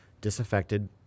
disaffected